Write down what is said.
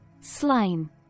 Slime